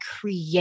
create